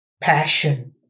passion